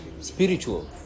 spiritual